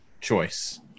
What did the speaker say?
choice